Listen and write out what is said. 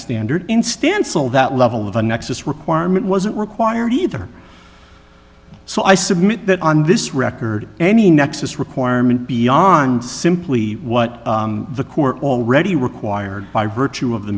standard in stansell that level of a nexus requirement wasn't required either so i submit that on this record any nexus requirement beyond simply what the court already required by virtue of the